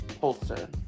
holster